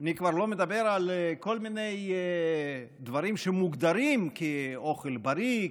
אני כבר לא מדבר על כל מיני דברים שמוגדרים כאוכל בריא,